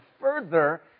further